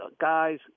guys